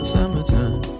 Summertime